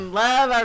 love